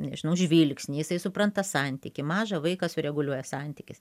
nežinau žvilgsnį jisai supranta santykį mažą vaiką sureguliuoja santykis